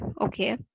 okay